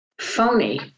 phony